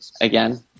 again